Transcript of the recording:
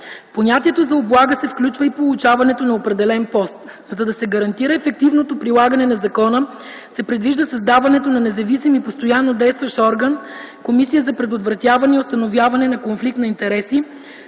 понятието за облага се включва и получаването на определен пост. За да се гарантира ефективното прилагане на закона, се предвижда създаването на независим и постояннодействащ орган - Комисия за предотвратяване и установяване на конфликт на интереси,